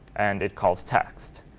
and it calls text.